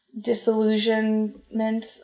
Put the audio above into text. disillusionment